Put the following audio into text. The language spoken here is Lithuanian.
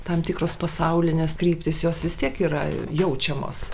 tam tikros pasaulinės kryptys jos vis tiek yra jaučiamos